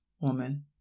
woman